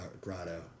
grotto